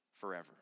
forever